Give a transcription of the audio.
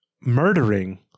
murdering